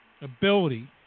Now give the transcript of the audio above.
ability